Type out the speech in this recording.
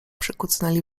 przykucnęli